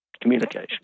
communication